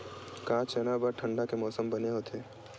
का चना बर ठंडा के मौसम बने होथे?